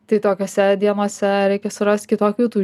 tai tokiose dienose reikia surast kitokių tų